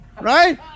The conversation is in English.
right